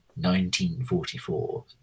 1944